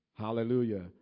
Hallelujah